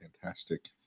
fantastic